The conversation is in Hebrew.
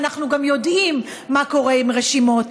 ואנחנו גם יודעים מה קורה עם רשימות,